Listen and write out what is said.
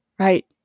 Right